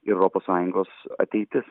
ir europos sąjungos ateitis